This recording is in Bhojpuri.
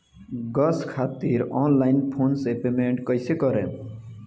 गॅस खातिर ऑनलाइन फोन से पेमेंट कैसे करेम?